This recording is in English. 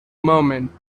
moment